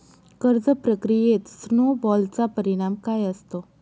कर्ज प्रक्रियेत स्नो बॉलचा परिणाम काय असतो?